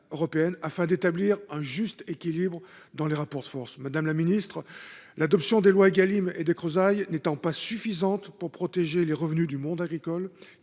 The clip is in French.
afin d’établir un juste équilibre dans les rapports de force. Madame la ministre, l’adoption des lois Égalim et Descrozaille n’étant pas suffisante pour protéger les revenus du monde agricole,